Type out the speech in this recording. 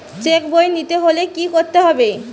Check বই নিতে হলে কি করতে হবে?